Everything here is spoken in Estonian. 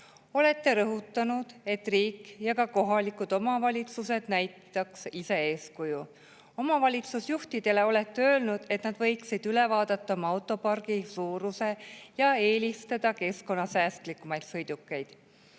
Olete rõhutanud, et riik, ka kohalikud omavalitsused, [peaksid] ise eeskuju näitama. Omavalitsusjuhtidele olete öelnud, et nad võiksid üle vaadata oma autopargi suuruse ja eelistada keskkonnasäästlikumaid sõidukeid.